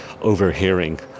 overhearing